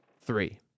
three